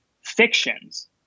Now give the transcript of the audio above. fictions